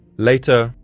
later,